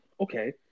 okay